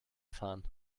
fahren